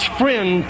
friend